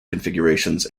configurations